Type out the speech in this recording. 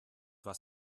was